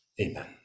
amen